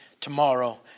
tomorrow